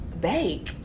Bake